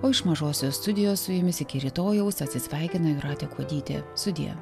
o iš mažosios studijos su jumis iki rytojaus atsisveikina jūratė kuodytė sudie